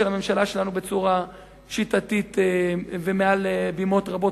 הממשלה שלנו בצורה שיטתית ומעל בימות רבות,